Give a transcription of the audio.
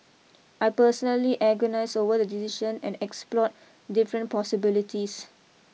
I personally agonised over the decision and explored different possibilities